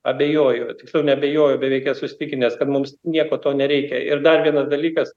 abejoju tiksliau neabejoju beveik esu įsitikinęs kad mums nieko to nereikia ir dar vienas dalykas